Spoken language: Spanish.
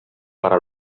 para